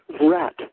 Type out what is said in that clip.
rat